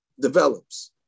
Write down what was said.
develops